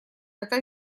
это